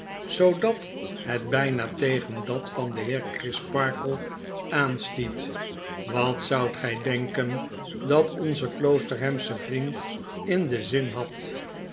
zoodat het bpa tegen dat van den heer crisparkle aanstiet w wat zoudt gg denken dat onze kloosterhamsche vriend in denzinhad de